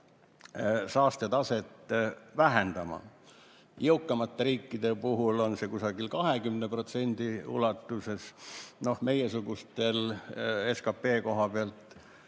saastetaset vähendama. Jõukamate riikide puhul on see kusagil 20%, meiesugustel SKP koha pealt